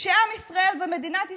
שעם ישראל ומדינת ישראל,